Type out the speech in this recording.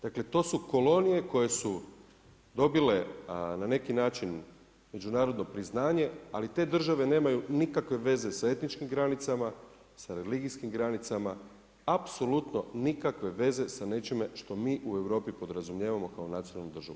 Dakle to su kolonije koje su dobile na neki način međunarodno priznanje, ali te države nemaju nikakve veze sa etničkim granicama, sa religijskim granicama, apsolutno nikakve veze sa nečime što mi u Europi podrazumijevamo kao nacionalnu državu.